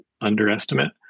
underestimate